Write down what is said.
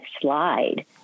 slide